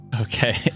Okay